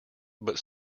but